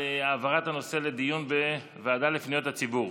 על העברת הנושא לדיון בוועדה לפניות הציבור.